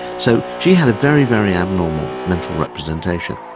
so she had a very, very abnormal mental representation.